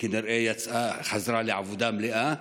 כנראה חזרה לעבודה מלאה,